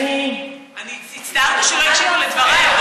אני הצטערתי שלא הקשיבו לדבריי.